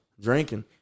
drinking